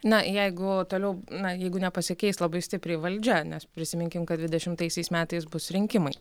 na jeigu toliau na jeigu nepasikeis labai stipriai valdžia nes prisiminkim kad dvidešimtaisiais metais bus rinkimai